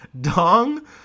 Dong